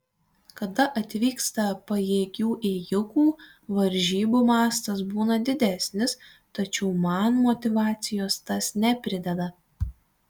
kada atvyksta pajėgių ėjikų varžybų mastas būna didesnis tačiau man motyvacijos tas neprideda